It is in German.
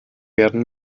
werden